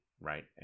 right